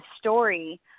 story